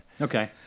Okay